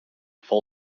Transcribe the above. full